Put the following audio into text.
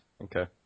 Okay